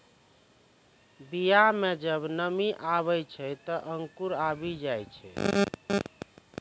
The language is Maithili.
बीया म जब नमी आवै छै, त अंकुर आवि जाय छै